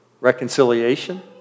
reconciliation